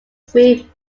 three